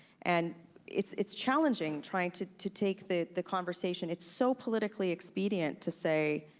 and it's it's challenging trying to to take the the conversation. it's so politically expedient to say,